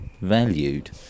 valued